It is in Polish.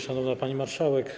Szanowna Pani Marszałek!